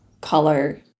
color